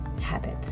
habits